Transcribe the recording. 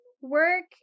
work